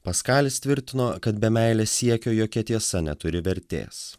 paskalis tvirtino kad be meilės siekio jokia tiesa neturi vertės